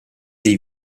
dei